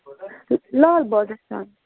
لال بازار تام